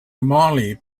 molly